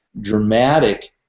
dramatic